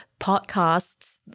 podcasts